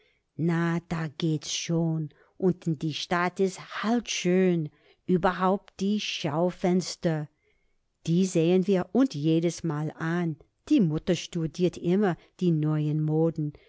na da geht's schon und in der stadt is halt schön überhaupt die schaufenster die sehn wir uns jedesmal an die mutter studiert immer die neuen moden